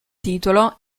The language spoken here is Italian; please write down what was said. titolo